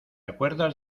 acuerdas